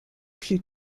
plus